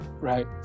right